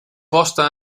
posta